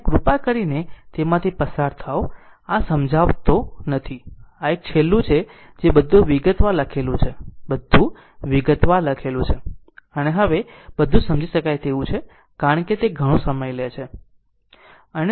અને કૃપા કરીને તેમાંથી પસાર થાઓ આ સમજાવતો નથી આ એક છેલ્લું છે જે બધું વિગતવાર લખેલું છે બધું વિગતવાર લખેલું છે અને હવે બધું સમજી શકાય તેવું છે કારણ કે તે ઘણો સમય લે છે